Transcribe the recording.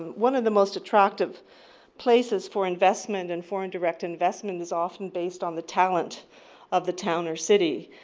one of the most attractive places for investment and foreign direct investment is often based on the talent of the town or city.